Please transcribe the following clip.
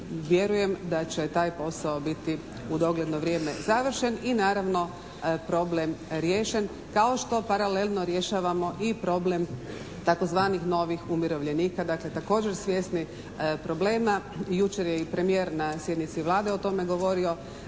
vjerujem da će taj posao biti u dogledno vrijeme savršen i naravno problem riješen kao što paralelno rješavamo i problem tzv. novih umirovljenika. Dakle, također svjesni problema. Jučer je i premijer na sjednici Vlade o tome govorio